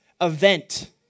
event